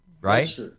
Right